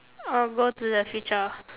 I'll go to the future